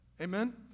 amen